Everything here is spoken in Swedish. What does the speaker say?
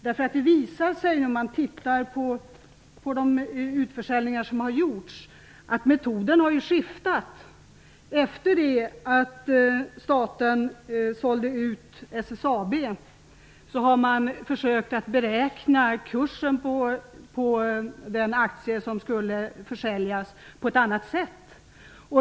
Det visar sig nämligen att metoden vid de utförsäljningar som gjorts har skiftat. Efter det att staten sålde ut SSAB har man försökt att beräkna kursen på de aktier som skulle säljas på ett annat sätt.